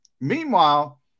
Meanwhile